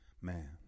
Man